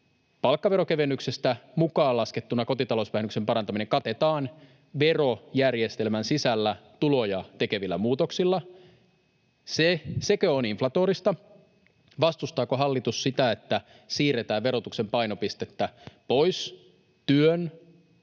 palkkaveron kevennyksestä mukaan laskettuna kotita- lousvähennyksen parantaminen katetaan verojärjestelmän sisällä tuloja tekevillä muutoksilla. Sekö on inflatorista? Vastustaako hallitus sitä, että siirretään verotuksen painopistettä pois työn